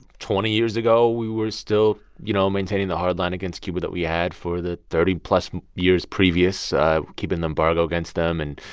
twenty years ago, we were still, you know, maintaining the hard line against cuba that we had for the thirty plus years previous cuban embargo against them. and,